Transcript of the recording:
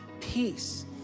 peace